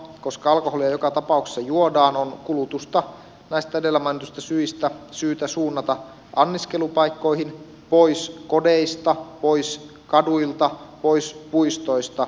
koska alkoholia joka tapauksessa juodaan on kulutusta näistä edellä mainituista syistä syytä suunnata anniskelupaikkoihin pois kodeista pois kaduilta pois puistoista